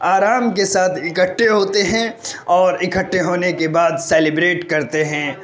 آرام کے ساتھ اکٹھے ہوتے ہیں اور اکٹھے ہونے کے بعد سیلیبریٹ کرتے ہیں